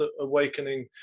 awakening